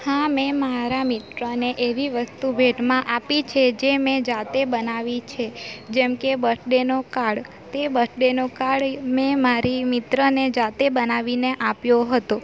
હા મેં મારા મિત્રને એવી વસ્તુ ભેટમાં આપી છે જે મેં જાતે બનાવી છે જેમ કે બર્થ ડેનો કાર્ડ તે બર્થ ડેનો એ કાર્ડ મેં મારી મિત્રને જાતે બનાવીને આપ્યો હતો